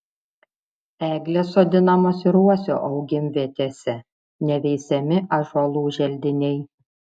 eglės sodinamos ir uosių augimvietėse neveisiami ąžuolų želdiniai